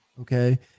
Okay